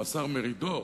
כמו השר מרידור,